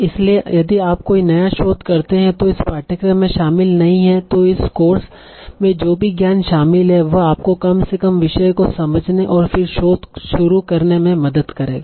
इसलिए यदि आप कोई नया शोध करते हैं जो इस पाठ्यक्रम में शामिल नहीं है तो इस कोर्स में जो भी ज्ञान शामिल है वह आपको कम से कम विषय को समझने और फिर शोध शुरू करने में मदद करेगा